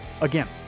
Again